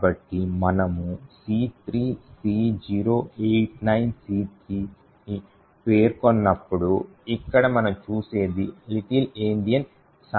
కాబట్టి మనము C3C089C3ని పేర్కొన్నప్పుడు ఇక్కడ మనం చూసేది Little Endian సంజ్ఞామానం